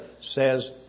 says